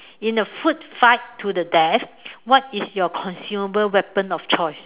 in a food fight to the death what is your consumable weapon of choice